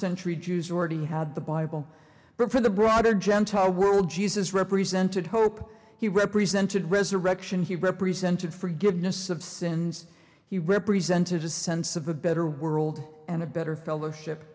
century jews already had the bible but for the broader gentile world jesus represented hope he represented resurrection he represented forgiveness of sins he represented a sense of a better world and a better fellowship